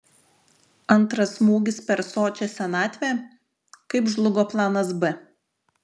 antras smūgis per sočią senatvę kaip žlugo planas b